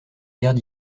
guerres